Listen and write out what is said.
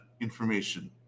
information